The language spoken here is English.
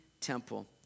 temple